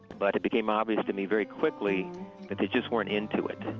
but it became obvious to me very quickly that they just weren't into it.